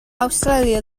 awstralia